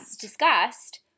discussed